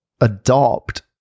adopt